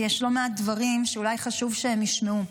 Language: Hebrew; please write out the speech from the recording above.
כי יש לא מעט דברים שאולי חשוב שהם ישמעו.